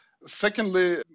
Secondly